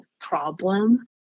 problem